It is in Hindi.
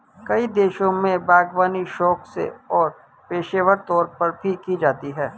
कई देशों में बागवानी शौक से और पेशेवर तौर पर भी की जाती है